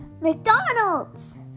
McDonald's